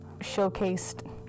showcased